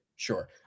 Sure